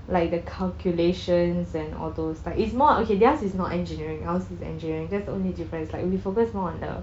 like the calculations and all those like it's more okay their's is not engineering ours is engineering that's the only difference like we focus more on the